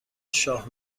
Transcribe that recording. شاه